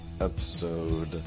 episode